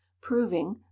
proving